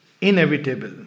inevitable